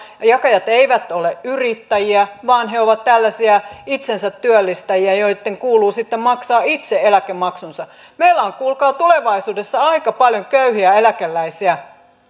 ja sosiaaliturvamaksua jakajat eivät ole yrittäjiä vaan he ovat tällaisia itsensätyöllistäjiä joitten kuuluu sitten maksaa itse eläkemaksunsa meillä on kuulkaa tulevaisuudessa aika paljon köyhiä eläkeläisiä